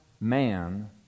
man